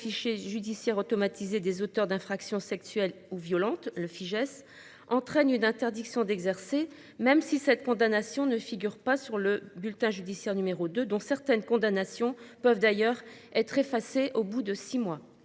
fichier judiciaire automatisé des auteurs d'infractions sexuelles ou violentes le Fijais entraîne une interdiction d'exercer. Même si cette condamnation ne figure pas sur le bulletin judiciaire numéro deux, dont certaines condamnations peuvent d'ailleurs être effacées au bout de 6 mois